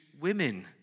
women